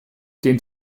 den